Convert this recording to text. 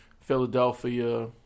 Philadelphia